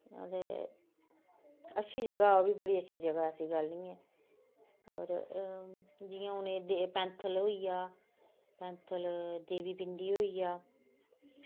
अते अच्छी जगह् बड़ी अच्छी जगह् ऐसी गल्ल निं ऐ और जि'यां हून एह् पैंथल होई गेआ पैंथल देवी पिण्डी होई गेआ